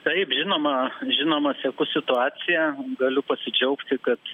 taip žinoma žinoma seku situaciją galiu pasidžiaugti kad